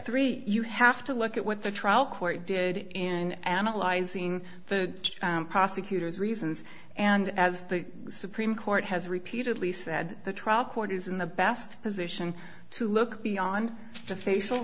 three you have to look at what the trial court did and analyzing the prosecutor's reasons and as the supreme court has repeatedly said the trial court is in the best position to look beyond the facial